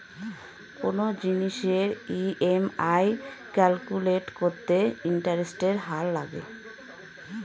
কোনো জিনিসের EMI calculate করতে ইন্টারেস্টের হার লাগে